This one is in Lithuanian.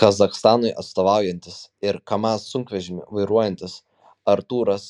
kazachstanui atstovaujantis ir kamaz sunkvežimį vairuojantis artūras